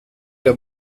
der